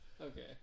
Okay